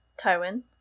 Tywin